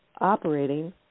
operating